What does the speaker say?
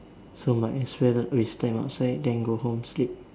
so might as well we stand outside then go home sleep